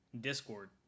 Discord